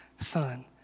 Son